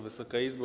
Wysoka Izbo!